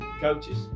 coaches